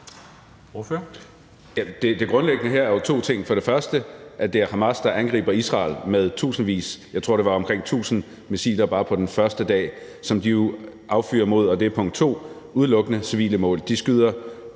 er grundlæggende to ting her. Punkt 1 er, at det er Hamas, der angriber Israel med tusindvis af missiler. Jeg tror, det var omkring 1.000 missiler bare på den første dag, som de jo affyrer mod – og det er punkt 2 – udelukkende civile mål.